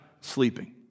sleeping